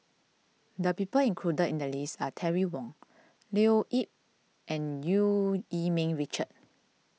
the people included in the list are Terry Wong Leo Yip and Eu Yee Ming Richard